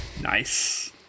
Nice